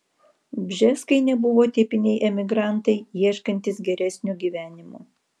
bžeskai nebuvo tipiniai emigrantai ieškantys geresnio gyvenimo